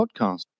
podcast